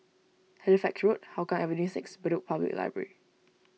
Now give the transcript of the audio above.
Halifax Road Hougang Avenue six Bedok Public Library